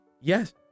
Yes